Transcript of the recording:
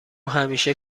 همیشه